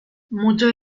muchos